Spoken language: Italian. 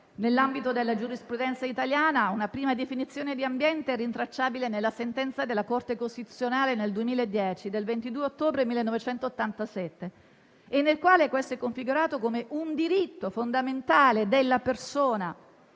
Nell'ambito della giurisprudenza italiana una prima definizione di ambiente è rintracciabile nella sentenza della Corte costituzionale n. 210 del 22 ottobre 1987, nel quale questo è configurato come un diritto fondamentale della persona